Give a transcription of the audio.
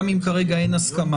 גם אם כרגע אין הסכמה,